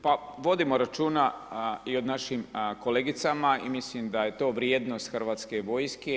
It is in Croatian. Pa vodimo računa i o našim kolegicama i mislim da je to vrijednost Hrvatske vojske.